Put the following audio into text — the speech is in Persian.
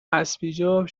اَسپیجاب